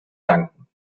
danken